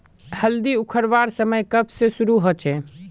हल्दी उखरवार समय कब से शुरू होचए?